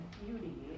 beauty